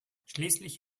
schließlich